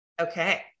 Okay